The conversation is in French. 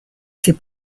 ses